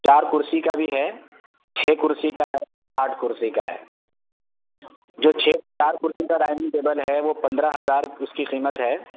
چار کرسی کا بھی ہے چھ کرسی کا ہے آٹھ کرسی کا ہے جو چھ چار کرسی کا ڈائننگ ٹیبل ہے وہ پندرہ ہزار اس کی قیمت ہے